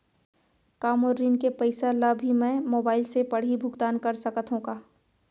का मोर ऋण के पइसा ल भी मैं मोबाइल से पड़ही भुगतान कर सकत हो का?